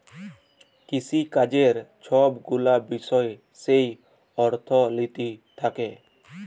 কিসিকাজের ছব গুলা বিষয় যেই অথ্থলিতি থ্যাকে